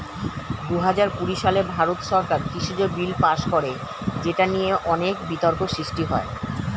দুহাজার কুড়ি সালে ভারত সরকার কৃষক বিল পাস করে যেটা নিয়ে অনেক বিতর্ক সৃষ্টি হয়